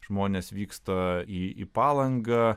žmonės vyksta į į palangą